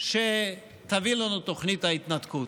שתביא לנו תוכנית ההתנתקות.